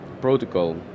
protocol